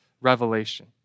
revelation